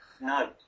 No